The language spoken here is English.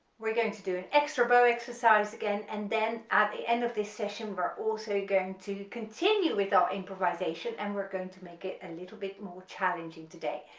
we're going to do an extra bow exercise again, and then at the end of this session we're also going to continue with our improvisation and we're going to make it a little bit more challenging today,